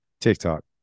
TikTok